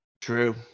True